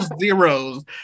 zeros